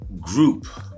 group